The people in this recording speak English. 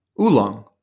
Oolong